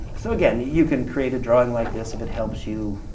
so, again, you can create a drawing like this if it helps you,